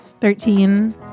Thirteen